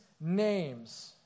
names